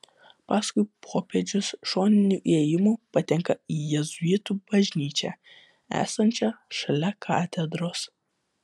paskui popiežius šoniniu įėjimu patenka į jėzuitų bažnyčią esančią šalia katedros